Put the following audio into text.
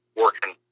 working